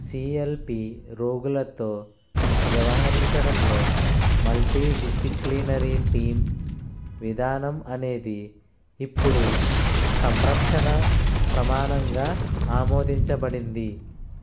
CLP రోగులతో వ్యవహరించడంలో multi disciplinary team విధానం అనేది ఇప్పుడు సంరక్షణ ప్రమాణంగా ఆమోదించబడింది